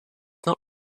not